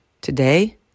Today